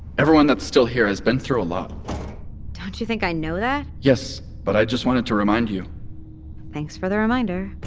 everyone that's still here has been through a lot don't you think i know that? yes, but i just wanted to remind you thanks for the reminder jacki's